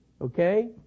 Okay